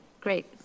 great